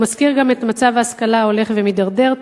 הוא מזכיר גם את מצב ההשכלה ההולך ומידרדר,